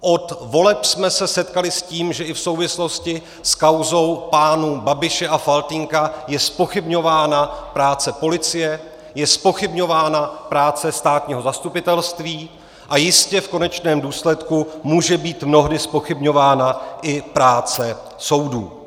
Od voleb jsme se setkali s tím, že i v souvislosti s kauzou pánů Babiše a Faltýnka je zpochybňována práce policie, je zpochybňována práce státního zastupitelství a jistě v konečném důsledku může být mnohdy zpochybňována i práce soudů.